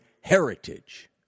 heritage